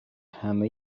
همه